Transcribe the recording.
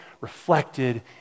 reflected